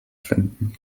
finden